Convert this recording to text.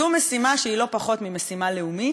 זו משימה שהיא לא פחות ממשימה לאומית.